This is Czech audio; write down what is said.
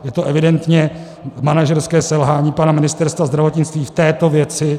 Je to evidentně manažerské selhání pana ministra zdravotnictví v této věci.